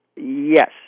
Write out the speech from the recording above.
Yes